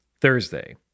Thursday